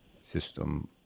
system